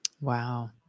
Wow